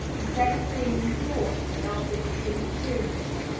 instead of being enforced as arbitrary tyrannies!